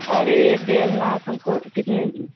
अरे एक डेढ़ लाख हमको कितने